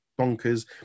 bonkers